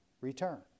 return